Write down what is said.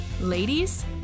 Ladies